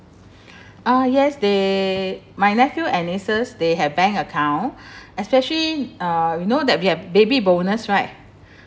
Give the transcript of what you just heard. uh yes they my nephew and nieces they have bank account especially uh you know that we have baby bonus right